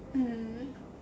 mm